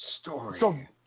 Story